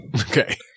Okay